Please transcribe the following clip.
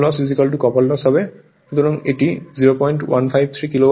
সুতরাং এটি 0153 কিলোওয়াট